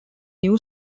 new